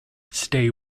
stay